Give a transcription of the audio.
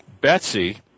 Betsy